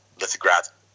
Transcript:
lithograph